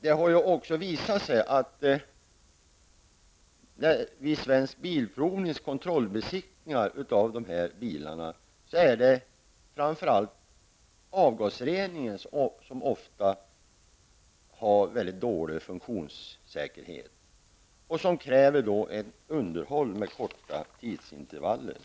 Det har ju också visat sig vid Svensk Bilprovnings kontrollbesiktning av de här bilarna att det framför allt är avgasreningen som ofta har mycket dålig funktionssäkerhet och som kräver underhåll med korta tidsintervaller.